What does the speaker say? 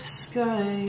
sky